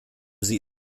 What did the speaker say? sie